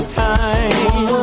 time